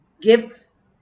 gifts